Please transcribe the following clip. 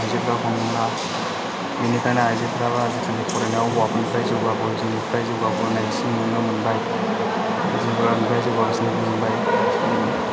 आइजोफोरा खम नंला बेनिखायनो आइजोफोराबो आजिकालि फरायनायाव हौवाफोरनिफ्राय जोंनिफ्राय जौगाबोनायसिन नुनो मोनबाय आइजोफोरा जौगासिन नुनो मोनबाय